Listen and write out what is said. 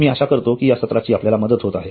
मी आशा करतो कि या सत्राची आपल्याला मदत होत आहे